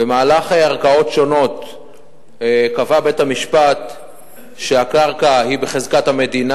במהלך ערכאות שונות קבע בית-המשפט שהקרקע היא בחזקת המדינה.